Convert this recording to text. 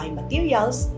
materials